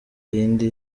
yindi